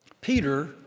Peter